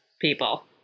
people